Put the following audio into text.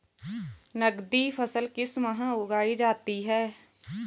नकदी फसल किस माह उगाई जाती है?